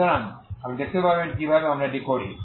সুতরাং আপনি দেখতে পাবেন কিভাবে আমরা এটি করি